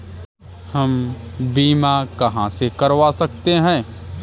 हम बीमा कहां से करवा सकते हैं?